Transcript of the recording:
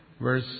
verse